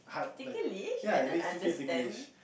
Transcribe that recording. particularly I didn't understand